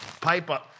paper